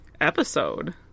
episode